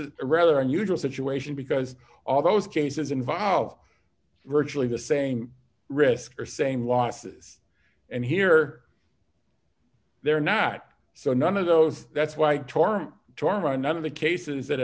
is a rather unusual situation because all those cases involve virtually the same risk or same losses and here they're not so none of those that's why tora tora none of the cases